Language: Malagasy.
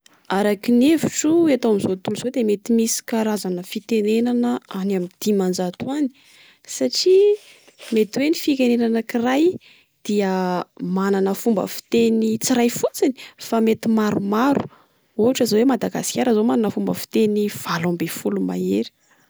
Araka ny hevitro eto amin'izao tontolo izao dia mety misy karazana fitenenana any amin'ny dimanjato any. Satria mety hoe ny firenena anakiray dia manana fomba fiteny tsy iray fotsiny, fa mety maromaro ohatra zao hoe Madagascar zao manana fomba fiteny valo ambin'ny folo mahery.